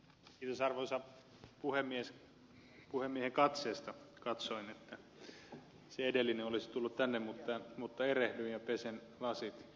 puhemiehen katseesta katsoin että se edellinen puheenvuoron myöntö olisi tullut tänne mutta erehdyin ja pesen lasit